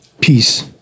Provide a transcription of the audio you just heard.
peace